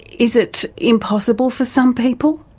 is it impossible for some people?